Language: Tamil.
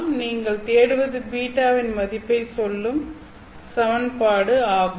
எனவே நீங்கள் தேடுவது β வின் மதிப்பை சொல்லும் சமன்பாடு ஆகும்